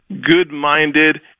good-minded